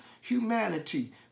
humanity